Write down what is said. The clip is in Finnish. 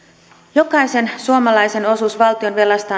jokaisen suomalaisen osuus valtionvelasta